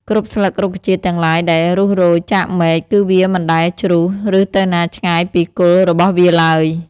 គ្រប់ស្លឹករុក្ខជាតិទាំងឡាយដែលរុះរោយចាកមែក គឺវាមិនដែលជ្រុះ ឬទៅណាឆ្ងាយពីគល់របស់វាឡើយ។